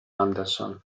anderson